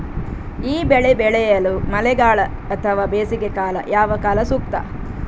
ಈ ಬೆಳೆ ಬೆಳೆಯಲು ಮಳೆಗಾಲ ಅಥವಾ ಬೇಸಿಗೆಕಾಲ ಯಾವ ಕಾಲ ಸೂಕ್ತ?